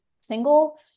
single